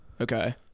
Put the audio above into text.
Okay